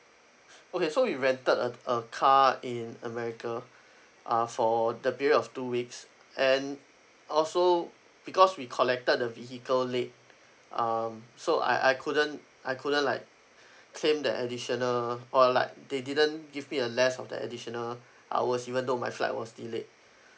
okay so we rented a a car in america uh for the period of two weeks and also because we collected the vehicle late um so I I couldn't I couldn't like claim the additional or like they didn't give me a less of the additional hours even though my flight was delayed